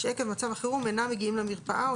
שעקב מצב החירום אינם מגיעים למרפאה או